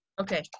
Okay